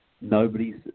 nobody's